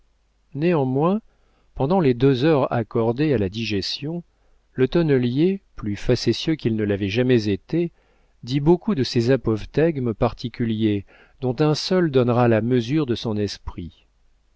néanmoins pendant les deux heures accordées à la digestion le tonnelier plus facétieux qu'il ne l'avait jamais été dit beaucoup de ses apophthegmes particuliers dont un seul donnera la mesure de son esprit